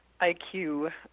IQ